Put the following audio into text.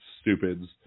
stupids